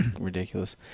ridiculous